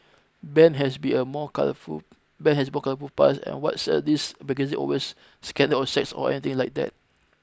Ben has be a more colourful Ben has more colourful past and what sells these magazines is always scandal or sex or anything like that